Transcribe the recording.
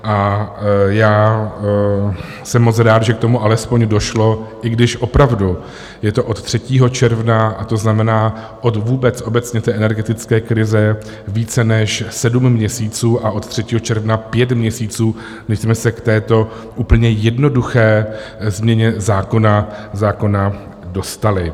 A jsem moc rád, že k tomu alespoň došlo, i když opravdu je to od 3. června, a to znamená, od vůbec obecně té energetické krize, více než sedm měsíců a od 3. června pět měsíců, než jsme se k této úplně jednoduché změně zákona dostali.